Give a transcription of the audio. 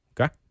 Okay